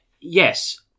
Yes